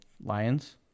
Lions